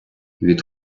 від